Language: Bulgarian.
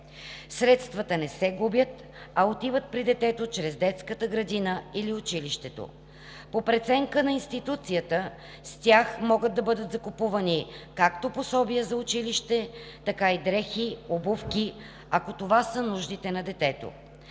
Средствата не се губят, а отиват при детето чрез детската градина или училището. По преценка на институцията с тях могат да бъдат закупувани както пособия за училище, така и дрехи, обувки, ако това са нуждите на детето.